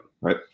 right